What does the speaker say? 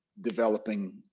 developing